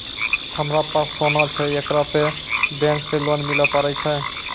हमारा पास सोना छै येकरा पे बैंक से लोन मिले पारे छै?